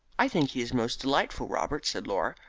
i think he is most delightful, robert, said laura.